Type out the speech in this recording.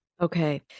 Okay